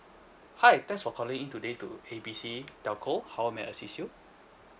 hi thanks for calling today to A B C telco how may I assist you